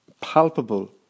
palpable